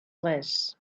less